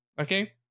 Okay